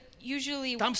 usually